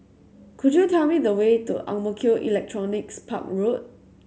could you tell me the way to Ang Mo Kio Electronics Park Road